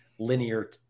linear